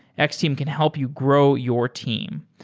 x-team can help you grow your team.